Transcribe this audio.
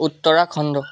Uttarakhand